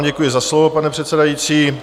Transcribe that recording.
Děkuji vám za slovo, pane předsedající.